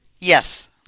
Yes